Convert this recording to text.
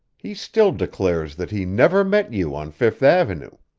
he still declares that he never met you on fifth avenue.